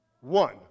One